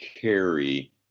carry